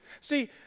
See